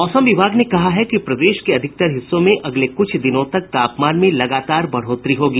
मौसम विभाग ने कहा है कि प्रदेश के अधिकतर हिस्सों में अगले कुछ दिनों तक तापमान में लगातार बढ़ोत्तरी होगी